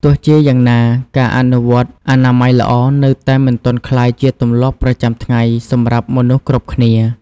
ទោះជាយ៉ាងណា ការអនុវត្តអនាម័យល្អនៅតែមិនទាន់ក្លាយជាទម្លាប់ប្រចាំថ្ងៃសម្រាប់មនុស្សគ្រប់គ្នា។